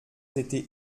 été